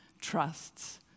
trusts